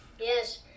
Yes